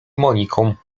moniką